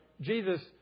Jesus